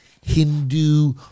Hindu